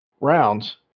rounds